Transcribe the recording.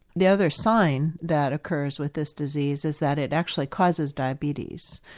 the other sign that occurs with this disease is that it actually causes diabetes.